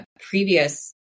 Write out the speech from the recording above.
previous